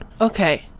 Okay